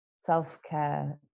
self-care